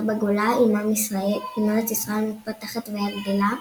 בגולה עם ארץ ישראל המתפתחת וגדלה,